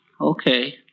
okay